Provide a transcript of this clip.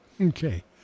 Okay